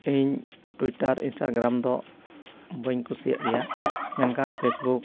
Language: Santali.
ᱤᱧ ᱴᱩᱭᱴᱟᱨ ᱤᱱᱥᱴᱟᱜᱨᱟᱢ ᱫᱚ ᱵᱟᱹᱧ ᱠᱩᱥᱤᱭᱟᱜ ᱜᱮᱭᱟ ᱢᱮᱱᱠᱷᱟᱱ ᱯᱷᱮᱥᱵᱩᱠ